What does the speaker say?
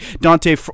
Dante